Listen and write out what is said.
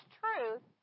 truth